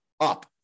up